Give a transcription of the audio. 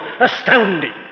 Astounding